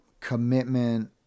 commitment